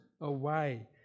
away